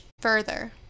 further